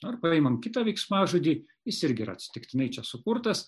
ar paimam kitą veiksmažodį jis irgi yra atsitiktinai čia sukurtas